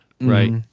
Right